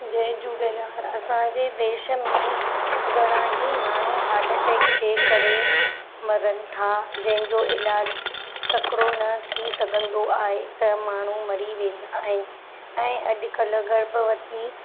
जय झूलेलाल असांजे देश में घणा ई माण्हू हार्ट अटैक जे करे मरनि था जंहिंजो इलाजु तकिड़ो न थी सघंदो आहे त माण्हू मरी वेंदा आहिनि ऐं अॼुकल्ह गर्भवती